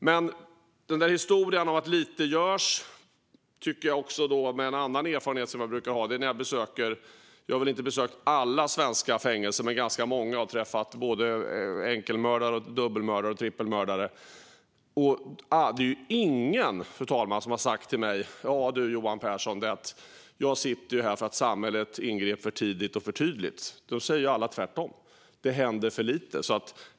När det gäller att lite görs vill jag ta upp en annan erfarenhet som jag har. Jag har inte besökt alla svenska fängelser, men jag har besökt ganska många och träffat enkelmördare, dubbelmördare och trippelmördare. Men det är ingen som har sagt till mig: Ja, Johan Pehrson, jag sitter här för att samhället ingrep för tidigt och för tydligt. Alla säger tvärtom: Det händer för lite.